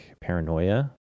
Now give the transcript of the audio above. paranoia